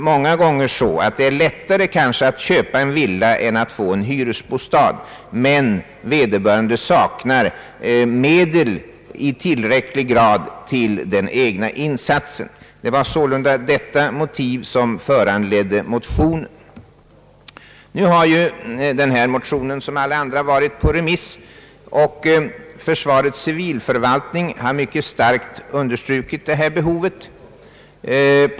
Många gånger är det lättare att köpa en villa än att få tag i en hyresbostad, men oftast saknar vederbörande medel till att helt täcka den egna insatsen. Motionerna har, som alla vet, varit på remiss. Försvarets civilförvaltning har mycket starkt understrukit det behov som tagits upp.